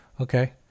Okay